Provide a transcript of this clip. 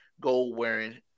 gold-wearing